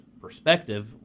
perspective